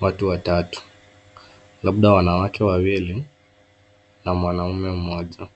Watu watatu, labda wanawake wawili na mwanaume mmoja